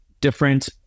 different